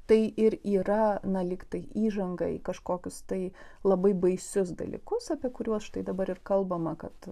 tai ir yra na lyg tai įžanga į kažkokius tai labai baisius dalykus apie kuriuos štai dabar ir kalbama kad